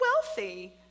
wealthy